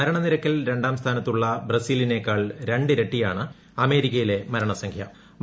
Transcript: മരണ നിരക്കിൽ രണ്ടാം സ്ഥാനത്തുള്ള ബ്രസീലിനേക്കാൾ രണ്ടിരട്ടിയാണ് അമേരിക്കയിലെ മരണസ്ഥലിച്ചു